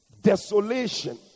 Desolation